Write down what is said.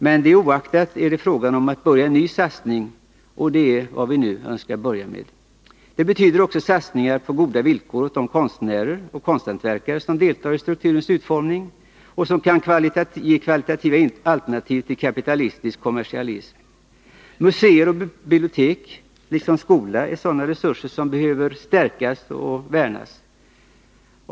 Det oaktat är det fråga om att börja en ny satsning, och det är vad vi nu önskar göra. Det betyder också satsningar på goda villkor när det gäller de konstnärer och konsthantverkare som deltar i strukturens utformning och som kan ge kvalitativa alternativ till kapitalistisk kommersialism. Museer och bibliotek liksom skola är sådana resurser som behöver stärkas och värnas.